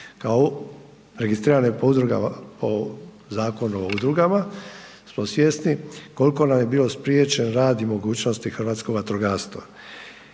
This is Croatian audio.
kao registrirane po Zakonu o udrugama smo svjesni koliko nam je bio spriječen rad i mogućnosti hrvatskog vatrogastva.